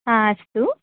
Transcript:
हा अस्तु